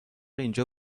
اینجا